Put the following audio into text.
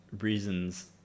reasons